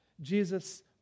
Jesus